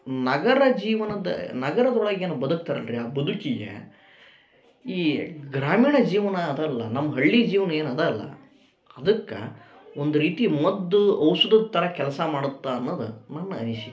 ನಗರ ಜೀವನದ ನಗರದೊಳಗೇನು ಬದುಕ್ತಾರಲ್ಲರೀ ಆ ಬದುಕಿಗೆ ಈ ಗ್ರಾಮೀಣ ಜೀವನ ಅದಲ್ಲ ನಮ್ಮ ಹಳ್ಳಿ ಜೀವನ ಏನದ ಅಲ್ಲ ಅದಕ್ಕೆ ಒಂದು ರೀತಿ ಮದ್ದು ಔಷಧದ ಥರ ಕೆಲಸ ಮಾಡತ್ತೆ ಅನ್ನೋದು ನನ್ನ ಅನಿಸಿಕೆ